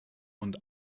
und